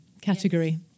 category